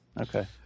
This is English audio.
Okay